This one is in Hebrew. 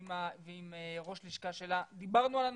ועם ראש לשכה שלה, דיברנו על הנושא.